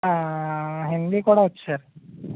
హిందీ కూడా వచ్చు సార్